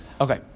Okay